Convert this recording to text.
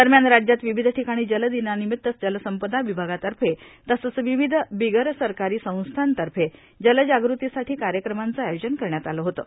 दरम्यान राज्यात र्वावध ठोकाणी जल दिनार्नार्नामत्त जलसंपदा र्यवभागातफ तसंच र्वावध बिगरसरकारी संस्थांतर्फे जलजागृतीसाठी कार्यक्रमांचं आयोजन करण्यात आलं होतं